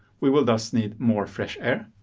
we will thus need more fresh air.